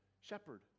shepherd